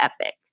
epic